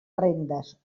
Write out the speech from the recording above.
rendes